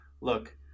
Look